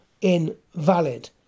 invalid